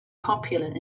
popular